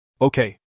Okay